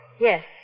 Yes